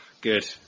Good